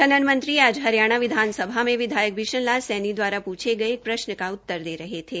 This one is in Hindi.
खनन मंत्री आज हरियाणा विधानसभा में विधायक बिशन लाल सैनी द्वारा पूछे गये एक प्रश्न का उत्तर दे रहे थे